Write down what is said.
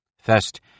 First